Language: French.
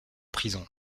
prison